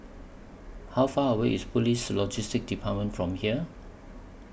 How Far away IS Police Logistics department from here